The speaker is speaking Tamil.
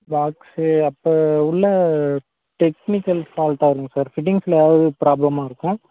பாக்ஸு அப்போ உள்ளே டெக்னிக்கல் ஃபால்ட்டாக இருக்கும் சார் ஃபிட்டிங்ஸில் ஏதாவது ப்ராப்ளமாக இருக்கும்